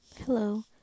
Hello